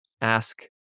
Ask